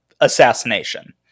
assassination